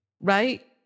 Right